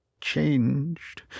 Changed